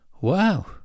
Wow